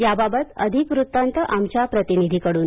याबाबत अधिक वृत्तांत आमच्या प्रतिनिधीकडून